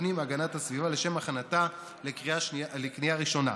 לוועדת הפנים והגנת הסביבה לשם הכנתה לקריאה ראשונה.